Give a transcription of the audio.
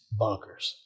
bonkers